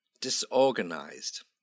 Disorganized